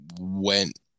went